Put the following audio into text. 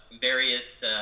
various